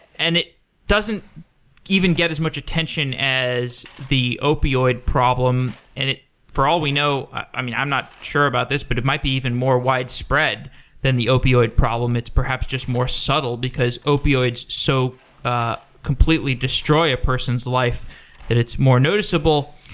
and it doesn't even get as much attention as the opioid problem. and for all we know i'm i'm not sure about this, but it might be even more wide-spread than the opioid problem. it's perhaps just more subtle, because opioids so ah completely destroy a person's life and it's more noticeable.